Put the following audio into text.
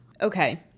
Okay